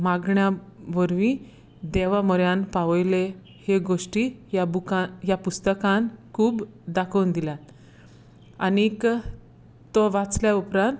मागण्यां वरवीं देवा मऱ्यान पावोयले हे गोश्टी ह्या बुका ह्या पुस्तकान खूब दाकोन दिल्यात आनी तो वाचल्या उपरान